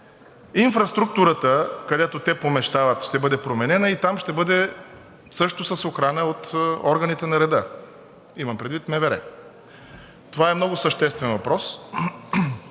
инфраструктурата, където те се помещават, ще бъде променена и там ще бъде също с охрана от органите на реда, имам предвид МВР? Това е много съществен въпрос.